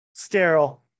sterile